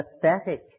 pathetic